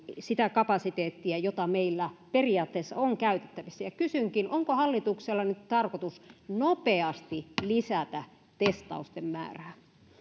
sitä kapasiteettia jota meillä periaatteessa on käytettävissä kysynkin onko hallituksella nyt tarkoitus nopeasti lisätä testausten määrää